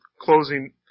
closing